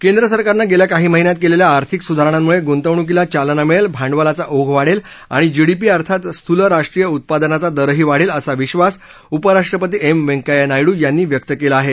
केंद्रसरकारनं गेल्या काही महिन्यात केलेल्या आर्थिक सुधारणांमुळे गुंतवणूकीला चालना मिळेल भांडवलाचा ओघ वाढेल आणि जीडीपी अर्थात स्थूल राष्ट्रीय उत्पादनाचा दरही वाढेल असा विश्वास उपराष्ट्रपती एम व्यंकय्या नायडू यांनी व्यक्त केला आहे